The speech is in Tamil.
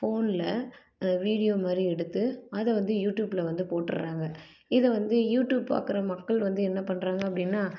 ஃபோனில் வீடியோ மாதிரி எடுத்து அதை வந்து யூட்யூப்பில் வந்து போட்டுர்றாங்க இதை வந்து யூட்யூப் பார்க்குற மக்கள் வந்து என்ன பண்ணுறாங்க அப்படின்னா